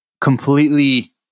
completely